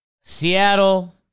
Seattle